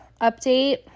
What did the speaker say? update